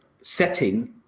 setting